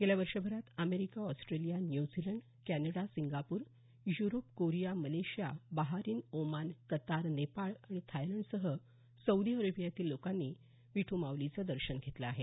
गेल्या वर्षभरात America Australia New Zealand Canada Singapore Europe Korea Malaysia Bahrain Oman Qatar Nepal थायलंडसह Saudi अरेबियातील लोकांनी विठू माऊलीचे दर्शन घेतलं आहे